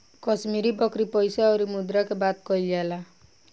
कश्मीरी बकरी पइसा अउरी मुद्रा के बात कइल जाला